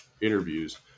interviews